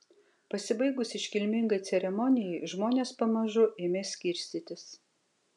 pasibaigus iškilmingai ceremonijai žmonės pamažu ėmė skirstytis